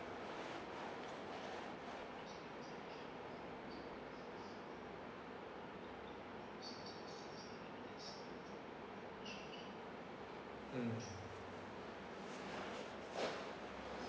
mm